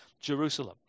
Jerusalem